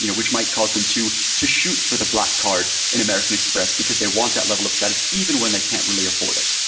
you know which might cause them to to shoot for the black card in american express because they want that level of status even when they can't really afford it.